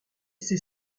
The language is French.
c’est